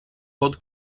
pot